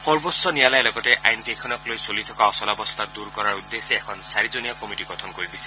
সৰ্বোচ্চ ন্যায়ালয়ে লগতে আইন কেইখনক লৈ চলি থকা অচলাৱস্থা দূৰ কৰাৰ উদ্দেশ্যে এখন চাৰিজনীয়া কমিটি গঠন কৰি দিছিল